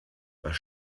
was